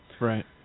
Right